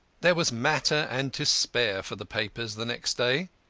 there was matter and to spare for the papers the next day.